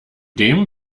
dem